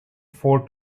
four